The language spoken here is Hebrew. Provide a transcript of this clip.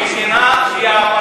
לשמור על החוק זה חובה, תסכים אתי.